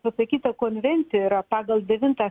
pasakyta konvencija yra pagal devintą